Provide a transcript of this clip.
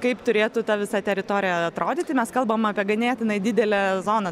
kaip turėtų ta visa teritorija atrodyti mes kalbam apie ganėtinai didelę zoną